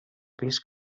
vist